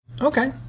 Okay